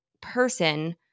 person